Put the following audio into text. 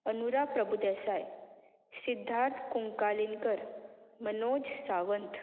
Anura Prabhudesai Siddharth Kunkalienkar Manoj Sawant